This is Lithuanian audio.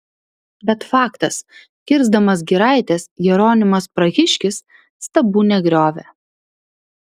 bet faktas kirsdamas giraites jeronimas prahiškis stabų negriovė